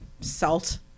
salt